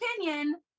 opinion